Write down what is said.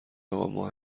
اقا، ما